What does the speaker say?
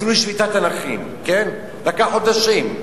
אפילו שביתת הנכים, לקח חודשים.